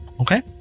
Okay